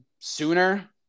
sooner